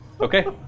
Okay